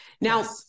Now